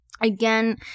again